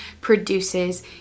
produces